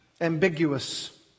ambiguous